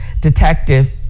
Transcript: detective